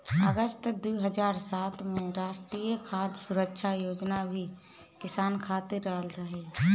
अगस्त दू हज़ार सात में राष्ट्रीय खाद्य सुरक्षा योजना भी किसान खातिर आइल रहे